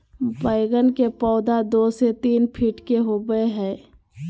बैगन के पौधा दो से तीन फीट के होबे हइ